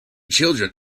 children